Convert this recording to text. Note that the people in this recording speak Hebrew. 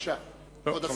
בבקשה, כבוד השר.